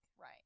Right